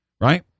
right